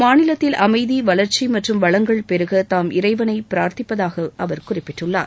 மாநிலத்தில் அமைதி வளர்ச்சி மற்றும் வளங்கள் பெருக தாம் இறைவனை பிரார்த்திப்பதாக அவர் குறிப்பிட்டுள்ளார்